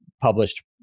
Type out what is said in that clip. published